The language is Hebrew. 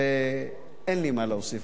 אין לי מה להוסיף,